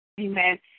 Amen